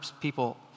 people